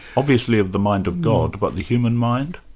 obviously of the mind of god, but the human mind?